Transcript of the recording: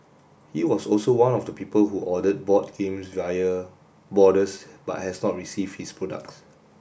he was also one of the people who ordered board games via boarders but has not received his products